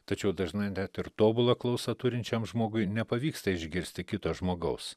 tačiau dažnai net ir tobulą klausą turinčiam žmogui nepavyksta išgirsti kito žmogaus